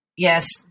Yes